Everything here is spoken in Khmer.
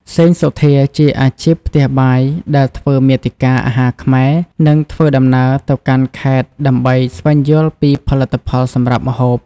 សេង សុធា ជាអាជីពផ្ទះបាយដែលធ្វើមាតិកា អាហារខ្មែរ និងធ្វើដំណើរទៅកាន់ខេត្តដើម្បីស្វែងយល់ពីផលិតផលសម្រាប់ម្ហូប។